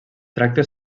tracta